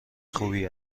خوبی